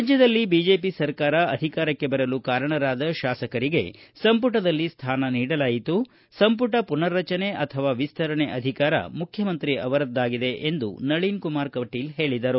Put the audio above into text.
ರಾಜ್ಯದಲ್ಲಿ ಬಿಜೆಪಿ ಸರ್ಕಾರ ಅಧಿಕಾರಕ್ಕೆ ಬರಲು ಕಾರಣರಾದ ಶಾಸಕರಿಗೆ ಸಂಪುಟದಲ್ಲಿ ಸ್ಥಾನ ನೀಡಲಾಯಿತು ಸಂಪುಟ ಪುನರ್ರಚನೆ ಅಥವಾ ವಿಸ್ತರಣೆ ಅಧಿಕಾರ ಮುಖ್ಯಮಂತ್ರಿ ಅವರದ್ದಾಗಿದೆ ಎಂದು ನಳಿನ್ ಕುಮಾರ್ ಕಟೀಲ್ ಹೇಳಿದರು